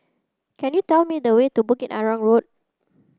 can you tell me the way to Bukit Arang Road